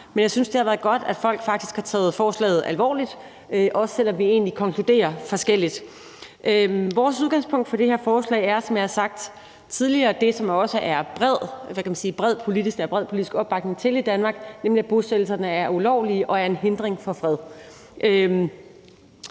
Men jeg synes, det har været godt, at folk faktisk har taget forslaget alvorligt, også selv om vi egentlig konkluderer forskelligt. Vores udgangspunkt for det her forslag er, som jeg har sagt tidligere, det, som der også er, hvad kan man sige, bred politisk opbakning til i Danmark, nemlig at bosættelserne er ulovlige og er en hindring for fred.